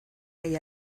hay